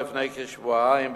לפני כשבועיים,